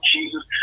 Jesus